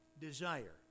desire